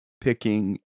picking